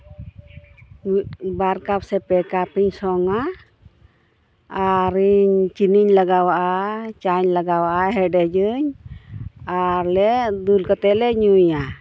ᱢᱤᱫ ᱵᱟᱨ ᱠᱟᱯ ᱥᱮ ᱯᱮ ᱠᱟᱯᱤᱧ ᱥᱚᱝᱼᱟ ᱟᱨᱤᱧ ᱪᱤᱱᱤᱧ ᱞᱟᱜᱟᱣᱟᱜᱼᱟ ᱪᱟᱧ ᱞᱟᱜᱟᱣᱟᱜᱼᱟ ᱦᱮᱰᱮᱡᱟᱹᱧ ᱟᱨ ᱞᱮ ᱫᱩᱞ ᱠᱟᱛᱮᱫ ᱞᱮ ᱧᱩᱭᱟ